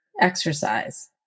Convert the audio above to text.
exercise